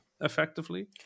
effectively